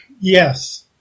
Yes